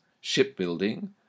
shipbuilding